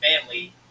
family